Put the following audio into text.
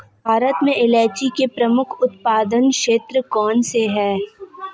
भारत में इलायची के प्रमुख उत्पादक क्षेत्र कौन से हैं?